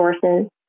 sources